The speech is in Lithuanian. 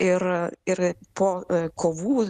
ir ir po kovų